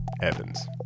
Evans